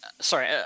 Sorry